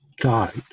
died